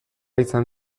izan